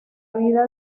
vida